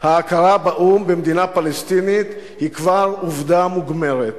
ההכרה באו"ם במדינה פלסטינית היא כבר עובדה מוגמרת.